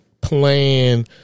plan